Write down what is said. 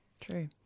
True